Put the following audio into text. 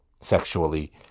sexually